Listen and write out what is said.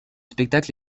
spectacle